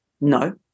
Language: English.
no